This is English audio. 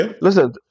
listen